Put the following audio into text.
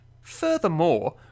Furthermore